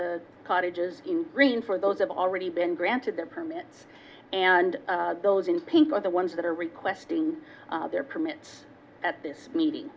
the cottages in green for those have already been granted their permits and those in pink are the ones that are requesting their permits at this meeting